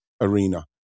arena